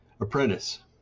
apprentice